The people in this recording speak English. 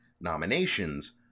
nominations